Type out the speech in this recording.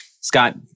Scott